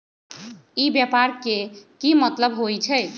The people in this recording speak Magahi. ई व्यापार के की मतलब होई छई?